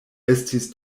estis